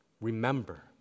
Remember